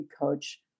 coach